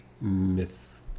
myth